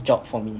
job for me